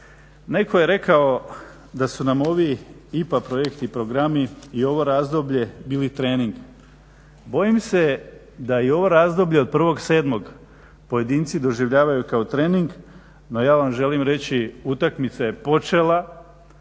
Netko je rekao da su nam ovi IPA projekti, programi i ovo razdoblje bili trening. Bojim se da i ovo razdoblje od 01.07. pojedinci doživljaju kao trening, no ja vam želim reći utakmica je počela,